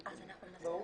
אותו?